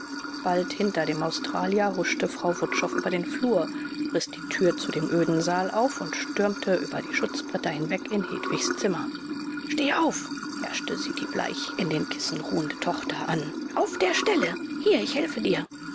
bald hinter dem australier huschte frau wutschow über den flur riß die tür zu dem öden saal auf und stürmte über die schutzbretter hinweg in hedwigs zimmer steh auf herrschte sie die bleich in den kissen ruhende tochter an auf der stelle hier ich helfe dir